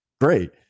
great